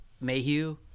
Mayhew